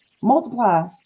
multiply